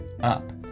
up